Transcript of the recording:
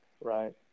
right